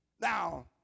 Now